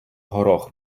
горох